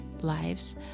lives